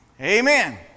amen